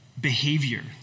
behavior